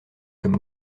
comme